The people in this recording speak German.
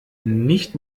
nicht